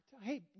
hey